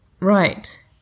Right